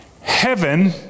Heaven